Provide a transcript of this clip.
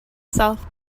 south